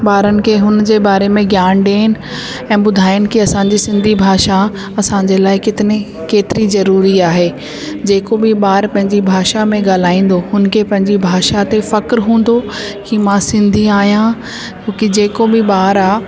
ॿारनि खे हुनजे बारे में ज्ञान ॾियनि ऐं ॿुधाइनि खे असांजी सिंधी भाषा असांजे लाइ कितनी केतिरी जरूरी आहे जेको बि ॿार पंहिंजी भाषा में ॻाल्हाईंदो हुनखे पंहिंजे भाषा खे फ़खुर हूंदो की मां सिंधी आहियां छोकी जेको बि ॿार आहे